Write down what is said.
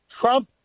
Trump